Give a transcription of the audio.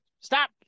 Stop